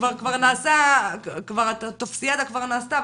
כבר הטופסיאדה כבר נעשתה,